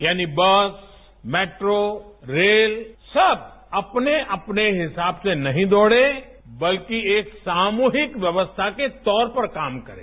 यानि bus metro rail सब अपने अपने हिसाब से नहीं दौड़ें बल्कि एक सामूहिक व्यवस्था के तौर पर काम करें